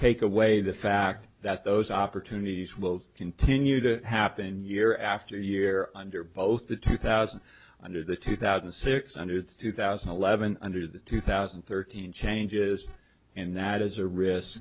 take away the fact that those opportunities will continue to happen year after year under both the two thousand under the two thousand six hundred to two thousand and eleven under the two thousand and thirteen changes and that is a risk